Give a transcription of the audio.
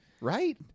Right